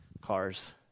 Cars